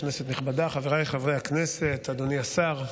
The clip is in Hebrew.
כנסת נכבדה, חבריי חברי הכנסת, אדוני השר,